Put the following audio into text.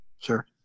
Sure